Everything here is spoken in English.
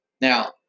now